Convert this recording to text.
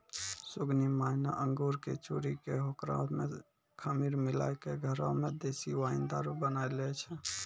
सुगनी माय न अंगूर कॅ चूरी कॅ होकरा मॅ खमीर मिलाय क घरै मॅ देशी वाइन दारू बनाय लै छै